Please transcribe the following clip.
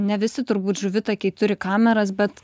ne visi turbūt žuvitakiai turi kameras bet